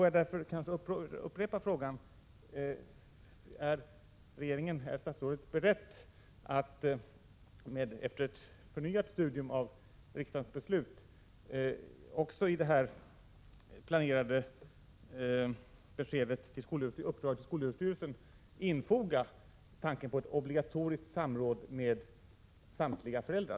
Jag vill upprepa min fråga: Är statsrådet beredd att efter ett förnyat studium av riksdagens beslut också i det planerade uppdraget till skolöverstyrelsen infoga tanken på ett obligatoriskt samråd med samtliga föräldrar?